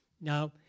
Now